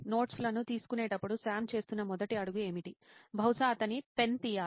notes లను తీసుకునేటప్పుడు Sam చేస్తున్న మొదటి అడుగు ఏమిటి బహుశా అతని పెన్ తీయాలా